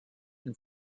and